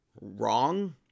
Wrong